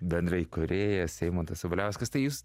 bendraįkūrėjas eimantas sabaliauskas tai jūs